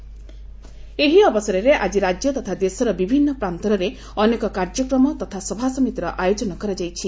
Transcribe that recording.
କାନ୍ତି ଦିବସ ଏହି ଅବସରରେ ଆଜି ରାଜ୍ୟ ତଥା ଦେଶର ବିଭିନ୍ ପ୍ରାନ୍ଡରରେ ଅନେକ କାର୍ଯ୍ୟକ୍ରମ ତଥା ସଭାସମିତିର ଆୟୋଜନ କରାଯାଇଛି